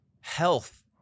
health